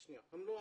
הם לא מוגדרים,